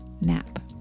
nap